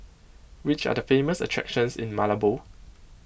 which are the famous attractions in Malabo